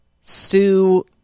sue